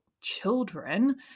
Children